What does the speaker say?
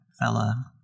fella